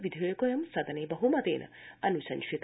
विधेयकोऽयं सदने बहमतेन अन्शंसित